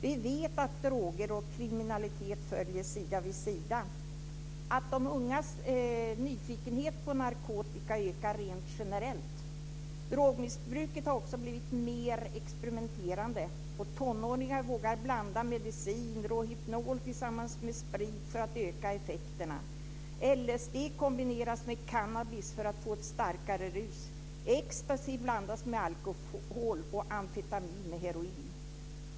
Vi vet att droger och kriminalitet följs sida vid sida och att de ungas nyfikenhet på narkotika ökar rent generellt. Drogmissbruket har också blivit mer experimenterande. Tonåringar vågar blanda medicin som Rohypnol med sprit för att öka effekten. LSD kombineras med cannabis för att ge ett starkare rus. Exstacy blandas med alkohol och amfetamin med heroin.